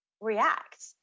react